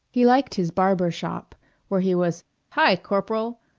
he liked his barber shop where he was hi, corporal!